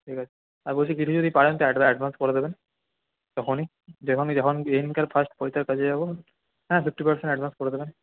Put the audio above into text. ঠিক আছে আর বলছি কিছু যদি পারেন তো অ্যাডভান্স করে দেবেন তখনই যখনই যেদিনকার ফার্স্ট পৈতের কাজে যাবো হ্যাঁ ফিফটি পার্সেন্ট অ্যাডভান্স করে দেবেন